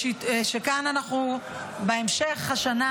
בהמשך השנה,